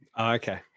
Okay